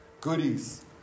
goodies